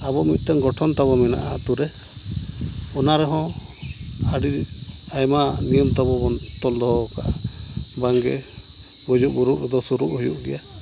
ᱟᱵᱚ ᱢᱤᱫᱴᱮᱱ ᱜᱚᱴᱷᱚᱱᱛᱟᱵᱚ ᱢᱮᱱᱟᱜᱼᱟ ᱟᱛᱳ ᱨᱮ ᱚᱱᱟᱨᱮᱦᱚᱸ ᱟᱹᱰᱤ ᱟᱭᱢᱟ ᱱᱤᱭᱚᱢ ᱛᱟᱵᱚᱵᱚᱱ ᱛᱚᱞ ᱫᱚᱦᱚᱣᱟᱠᱟᱫᱟ ᱵᱟᱝᱜᱮ ᱜᱩᱡᱩᱜᱼᱵᱩᱨᱩᱜ ᱨᱮᱫᱚ ᱥᱩᱨᱩᱜ ᱦᱩᱭᱩᱜ ᱜᱮᱭᱟ